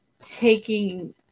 taking